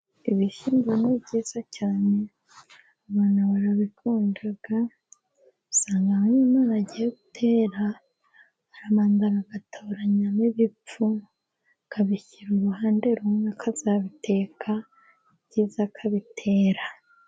Ibishyimbo ni byiza cyane abantu barabikunda. Usanga iyo bagiye gutera, baramanza bagatoranyamo ibipfu, bakabishyira uruhande rumwe kazabiteka, ibyiza bakabitera.